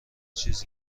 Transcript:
چیز